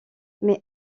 mais